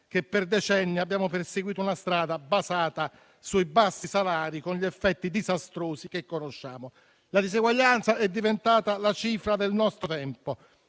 che per decenni abbiamo perseguito una strada basata sui bassi salari con gli effetti disastrosi che conosciamo. La diseguaglianza è diventata la cifra del nostro tempo;